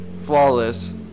Flawless